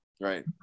right